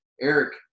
Eric